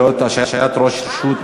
חוק ומשפט להכנתה לקריאה ראשונה.